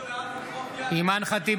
אימאן ח'טיב